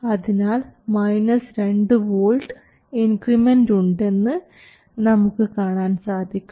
അതിനാൽ 2 volt increment ഉണ്ടെന്ന് നമുക്ക് കാണാൻ സാധിക്കും